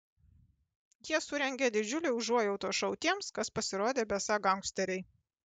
jie surengė didžiulį užuojautos šou tiems kas pasirodė besą gangsteriai